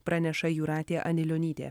praneša jūratė anilionytė